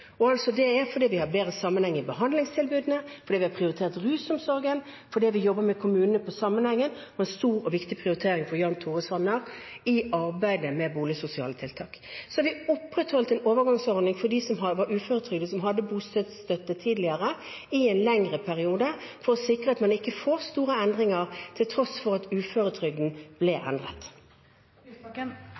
Og det er altså fordi vi har bedre sammenheng i behandlingstilbudene, fordi vi har prioritert rusomsorgen, og fordi vi jobber med kommunene om denne sammenhengen. Det var en stor og viktig prioritering for Jan Tore Sanner i arbeidet med boligsosiale tiltak. Og så har vi opprettholdt en overgangsordning for uføretrygdede som hadde bostøtte tidligere, i en lengre periode, for å sikre at man ikke får store endringer til tross for at uføretrygden ble